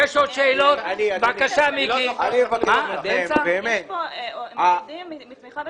אני יכול להראות לך.